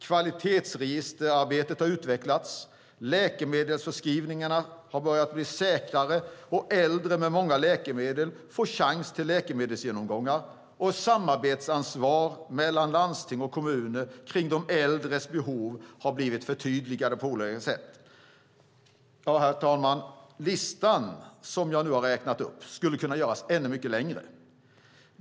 Kvalitetsregisterarbetet har utvecklats, läkemedelsförskrivningarna har börjat bli säkrare och äldre med många läkemedel får chans till läkemedelsgenomgångar. Samarbetsansvaret mellan landsting och kommuner kring de äldres behov har blivit förtydligat på olika sätt. Herr talman! Den lista som jag nu har läst upp skulle kunna göras mycket längre.